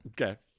Okay